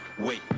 Wait